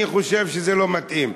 אני חושב שזה לא מתאים.